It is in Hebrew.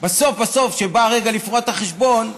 בסוף בסוף, כשבא הרגע לפרוע את החשבון,